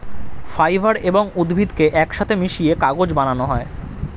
fibre এবং উদ্ভিদকে একসাথে মিশিয়ে কাগজ বানানো হয়